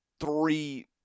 three